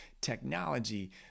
technology